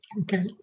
Okay